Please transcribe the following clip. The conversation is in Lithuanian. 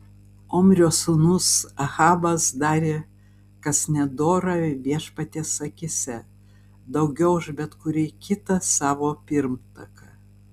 omrio sūnus ahabas darė kas nedora viešpaties akyse daugiau už bet kurį kitą savo pirmtaką